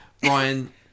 Brian